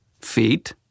Feet